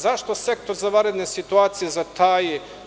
Zašto Sektor za vanredne situacije zataji?